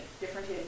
different